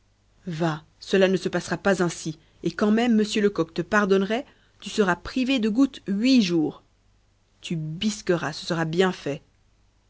va cela ne se passera pas ainsi et quand même m lecoq te pardonnerait tu seras privé de goutte huit jours tu bisqueras ce sera bien fait